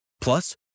Plus